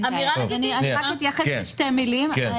אני רוצה להתייחס בשתי מילים.